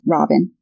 Robin